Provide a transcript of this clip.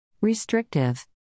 Restrictive